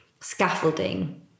scaffolding